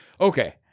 okay